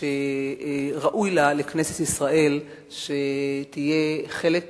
שראוי לה לכנסת ישראל שתהיה חלק ממנה,